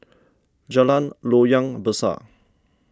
Jalan Loyang Besar